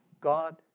God